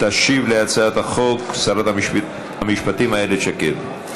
תשיב על הצעת החוק שרת המשפטים איילת שקד.